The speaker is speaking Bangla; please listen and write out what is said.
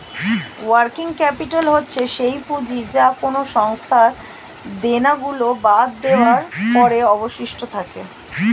ওয়ার্কিং ক্যাপিটাল হচ্ছে সেই পুঁজি যা কোনো সংস্থার দেনা গুলো বাদ দেওয়ার পরে অবশিষ্ট থাকে